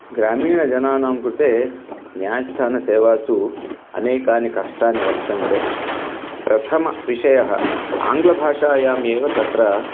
ग्रामीणजनानां कृते न्यायस्थानं सेवासु अनेकानि कष्टानि वर्तन्ते प्रथमविषयः आङ्लभाषायामेव तत्र